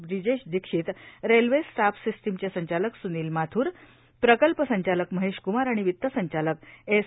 ब्रिजेश दीक्षितए रेल्वे स्ट्राक सिस्टीमचे संचालक सुनिल माथुरए प्रकल्प संचालक महेश कुमार आणि वित संचालक एस